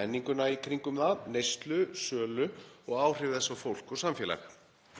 menninguna í kringum það, neyslu, sölu og áhrif þess á fólk og samfélag.